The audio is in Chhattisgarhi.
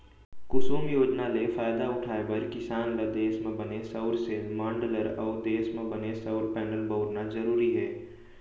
कुसुम योजना ले फायदा उठाए बर किसान ल देस म बने सउर सेल, माँडलर अउ देस म बने सउर पैनल बउरना जरूरी हे